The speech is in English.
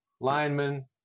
linemen